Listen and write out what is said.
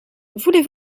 voulez